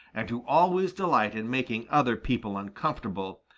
and who always delight in making other people uncomfortable,